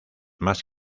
más